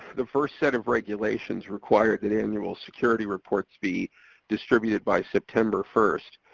the first set of regulations required that annual security reports be distributed by september first.